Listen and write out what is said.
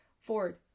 Ford